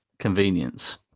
convenience